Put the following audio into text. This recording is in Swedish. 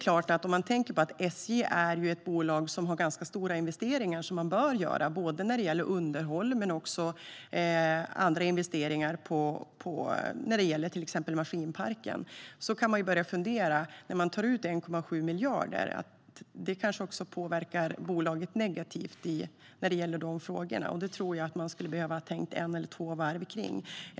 SJ är ett bolag som har ganska stora investeringar som de bör göra när det gäller underhåll men också andra investeringar i till exempel maskinparken. Då kan man börja fundera. När regeringen tar ut 1,7 miljarder kanske det påverkar bolaget negativt när det gäller de frågorna. Jag tror att man skulle behöva tänka ett eller två varv kring det.